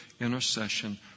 intercession